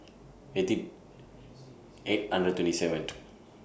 eighty eight hundred twenty seventh